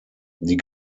die